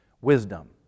Wisdom